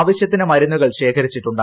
ആവശ്യത്തിന് മരുന്നുകൾ ശേഖരിച്ചിട്ടുണ്ട്